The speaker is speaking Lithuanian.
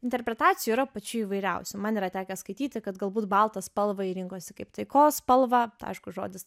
interpretacijų yra pačių įvairiausių man yra tekę skaityti kad galbūt baltą spalvą ji rinkosi kaip taikos spalvą aišku žodis